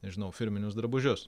nežinau firminius drabužius